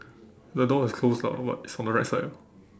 the door is closed lah but from the right side orh